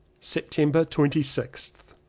september twenty sixth.